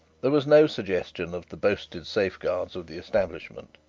there was no suggestion of the boasted safeguards of the establishment.